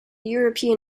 european